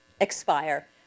expire